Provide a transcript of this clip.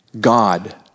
God